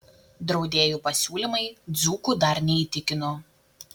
draudėjų pasiūlymai dzūkų dar neįtikino